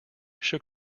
shook